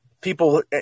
people